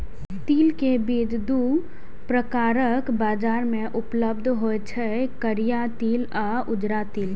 तिल के बीज दू प्रकारक बाजार मे उपलब्ध होइ छै, करिया तिल आ उजरा तिल